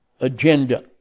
agenda